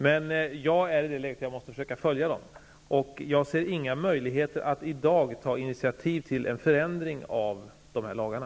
Men jag är i det läget att jag måste försöka följa dem, och jag ser inga möjligheter att i dag ta initiativ till en förändring av de lagarna.